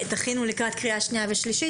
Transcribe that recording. תכינו לקראת קריאה שנייה ושלישית.